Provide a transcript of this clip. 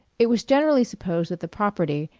it was generally supposed that the property,